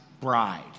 bride